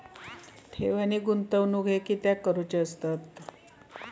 ठेव आणि गुंतवणूक हे कित्याक करुचे असतत?